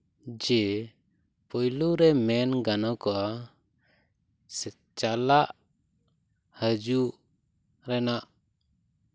ᱡᱮ ᱯᱳᱭᱞᱳ ᱨᱮ ᱢᱮᱱ ᱜᱟᱱᱚᱜᱚᱜᱼᱟ ᱪᱟᱞᱟᱜ ᱦᱤᱡᱩᱜ ᱨᱮᱱᱟᱜ